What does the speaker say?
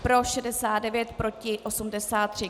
Pro 69, proti 83.